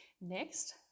next